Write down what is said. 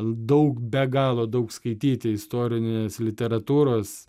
daug be galo daug skaityti istorinės literatūros